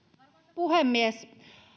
puhemies